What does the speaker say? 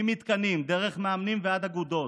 ממתקנים דרך מאמנים ועד אגודות.